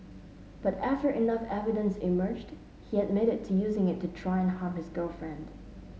but after enough evidence emerged he admitted to using it to try and harm his girlfriend